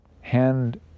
Hand